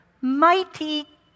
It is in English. Mighty